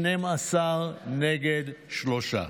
12 נגד 3,